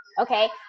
Okay